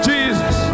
Jesus